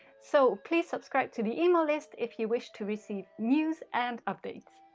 so please subscribe to the email list if you wish to receive news and updates!